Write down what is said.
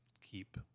keep